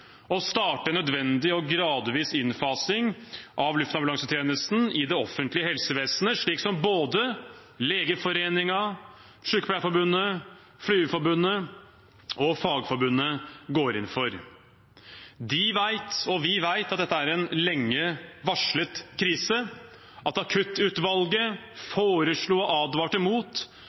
starte en nødvendig og gradvis innfasing av luftambulansetjenesten i det offentlige helsevesenet, slik både Legeforeningen, Sykepleierforbundet, Flygerforbundet og Fagforbundet går inn for. De vet, og vi vet, at dette er en lenge varslet krise, at akuttutvalget advarte mot